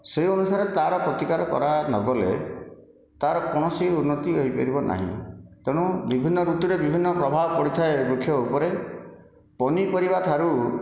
ସେହି ଅନୁସାରେ ତାର ପ୍ରତିକାର କରା ନ ଗଲେ ତାର କୌଣସି ଉନ୍ନତି ହୋଇପାରିବ ନାହିଁ ତେଣୁ ବିଭିନ୍ନ ଋତୁରେ ବିଭିନ୍ନ ପ୍ରଭାବ ପଡ଼ିଥାଏ ବୃକ୍ଷ ଉପରେ ପନିପରିବା ଠାରୁ